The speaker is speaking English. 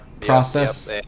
process